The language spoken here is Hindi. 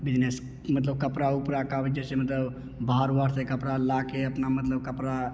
बिजनेस मतलब कपड़ा उपड़ा का भी जैसे मतलब बाहर वाहर से कपड़ा लाके अपना मतलब कपड़ा